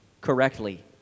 correctly